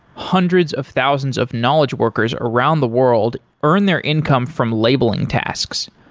hundreds of thousands of knowledge workers around the world earn their income from labeling tasks.